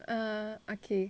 err okay